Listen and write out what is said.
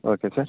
okay sir